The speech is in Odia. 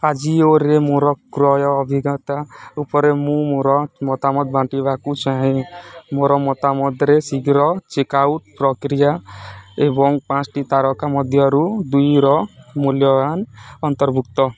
ଆଜିଓରେ ମୋର କ୍ରୟ ଅଭିଜ୍ଞତା ଉପରେ ମୁଁ ମୋର ମତାମତ ବାଣ୍ଟିବାକୁ ଚାହେଁ ମୋର ମତାମତରେ ଶୀଘ୍ର ଚେକ୍ ଆଉଟ୍ ପ୍ରକ୍ରିୟା ଏବଂ ପାଞ୍ଚଟି ତାରକା ମଧ୍ୟରୁ ଦୁଇର ମୂଲ୍ୟାୟନ ଅନ୍ତର୍ଭୁକ୍ତ